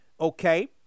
okay